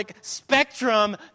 spectrum